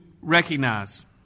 recognize